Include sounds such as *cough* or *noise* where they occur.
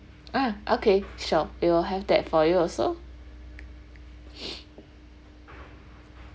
ah okay sure we will have that for you also *noise*